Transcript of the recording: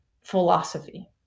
philosophy